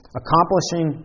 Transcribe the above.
accomplishing